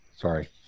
Sorry